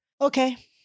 okay